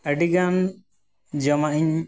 ᱟᱹᱰᱤᱜᱟᱱ ᱡᱚᱢᱟᱜ ᱤᱧ